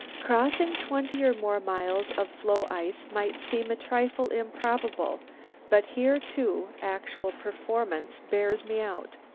crossing twenty or more miles of floe ice might seem a trifle improbable but here, too, actual performance bears me out.